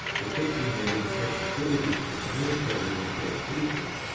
to fixing their insensitivity to communicating with deaf people,